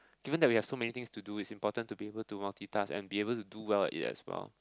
even that we have so many things to do is important to be able to multitask and be able to do well yes well